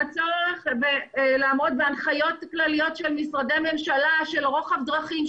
לצורך לעמוד בהנחיות כלליות של משרדי ממשלה של רוחב דרכים,